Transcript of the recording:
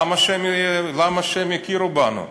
למה שהם יכירו בנו?